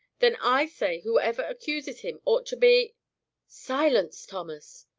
then i say whoever accuses him ought to be silence, thomas,